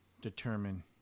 determine